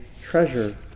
treasure